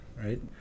right